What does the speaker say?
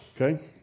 Okay